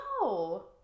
no